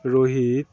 Rohit